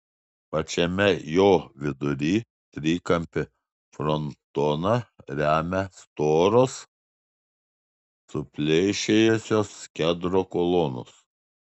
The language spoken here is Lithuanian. pačiame jo vidury trikampį frontoną remia storos supleišėjusios kedro kolonos